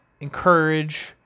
encourage